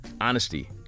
honesty